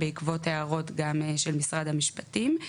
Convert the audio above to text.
בעקבות הערות גם של משרד המשפטים הוא